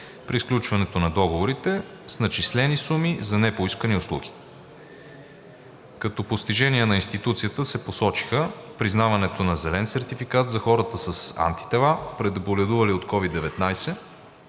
при сключването на договорите, с начислени суми за непоискани услуги. Като постижения на институцията се посочиха: признаването на зелен сертификат за хората с антитела, преболедували от COVID-19,